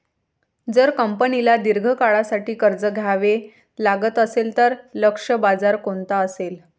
जर कंपनीला दीर्घ काळासाठी कर्ज घ्यावे लागत असेल, तर लक्ष्य बाजार कोणता असेल?